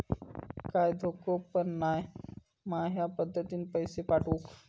काय धोको पन नाय मा ह्या पद्धतीनं पैसे पाठउक?